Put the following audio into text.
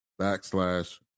backslash